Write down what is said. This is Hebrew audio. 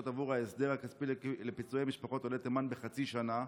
עבור ההסדר הכספי לפיצויי משפחות עולי תימן בחצי שנה.